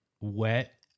wet